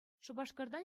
шупашкартан